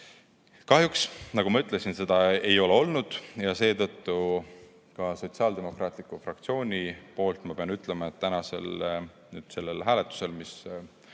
Kahjuks, nagu ma ütlesin, seda ei ole olnud ja seetõttu ka Sotsiaaldemokraatliku Erakonna fraktsiooni nimel ma pean ütlema, et tänasel hääletusel, mis kohe